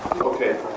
Okay